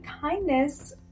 kindness